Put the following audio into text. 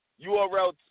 URL